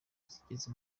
zigeze